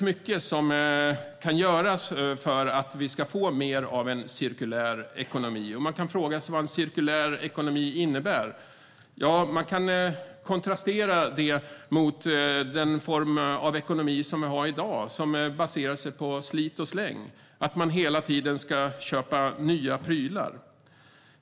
Mycket kan göras för att vi ska få en mer cirkulär ekonomi. Vad innebär då en cirkulär ekonomi? Man kan kontrastera den mot dagens ekonomi som baserar sig på slit och släng och att man hela tiden ska köpa nya prylar.